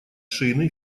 шины